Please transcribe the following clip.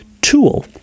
tool